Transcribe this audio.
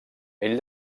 ell